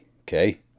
Okay